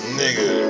nigga